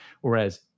Whereas